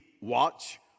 watch